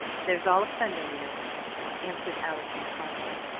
there's all of sunday, you know, professor, answered allison promptly.